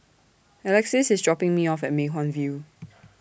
Alexys IS dropping Me off At Mei Hwan View